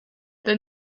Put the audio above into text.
the